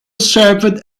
served